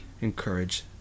encourage